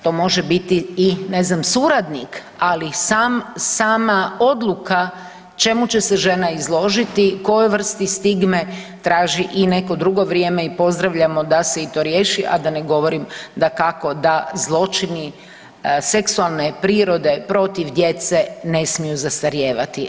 To može biti i ne znam, suradnik, ali sama odluka čemu će se žena izložiti, kojoj vrsti stigme, traži i neko drugo vrijeme i pozdravljamo da se i to riješi, a da ne govorim, dakako da zločini seksualne prirode protiv djece ne smiju zastarijevati.